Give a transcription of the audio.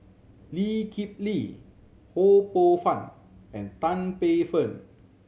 Lee Kip Lee Ho Poh Fun and Tan Paey Fern